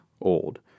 old